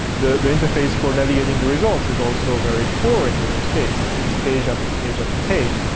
the the interface for navigating the results is also very poor in google's case. it's it's page after page after page.